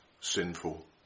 sinful